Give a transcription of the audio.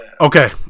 Okay